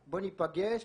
ניפגש.